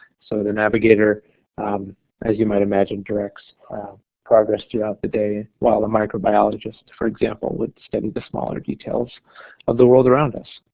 so the navigator as you might imagine directs progress throughout the day while a microbiologist for example would study the smaller details of the world around us.